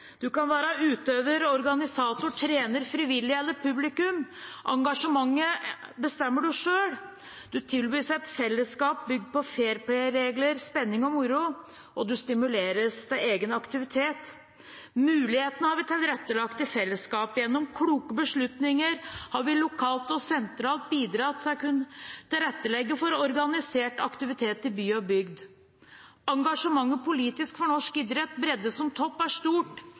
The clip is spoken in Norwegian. Du kan være utøver, organisator, trener, frivillig eller publikum – engasjementet bestemmer du selv. Du tilbys et fellesskap bygd på fair play-regler, spenning og moro, og du stimuleres til egen aktivitet. Mulighetene har vi tilrettelagt for i fellesskap. Gjennom kloke beslutninger har vi lokalt og sentralt bidratt til å kunne tilrettelegge for organisert aktivitet i by og bygd. Det politiske engasjementet for norsk idrett, bredde som topp, er stort.